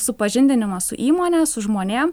supažindinimas su įmone su žmonėm